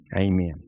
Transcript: Amen